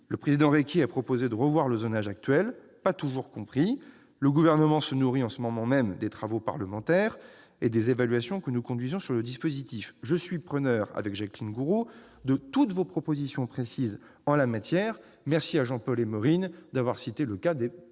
le sénateur Requier a proposé de revoir le zonage actuel, qui n'est pas toujours compris. Le Gouvernement se nourrit en ce moment même des travaux parlementaires et des évaluations que nous conduisons sur ce dispositif. Nous sommes preneurs, avec Jacqueline Gourault, de toutes vos propositions précises en la matière. Merci à Jean-Paul Émorine d'avoir cité le cas des